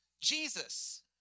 Jesus